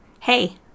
Hey